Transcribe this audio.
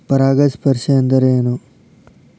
ಪರಾಗಸ್ಪರ್ಶ ಅಂದರೇನು?